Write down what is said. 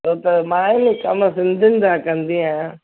छो त मां आहे न कमु सिंधियुनि जा कंदी आहियां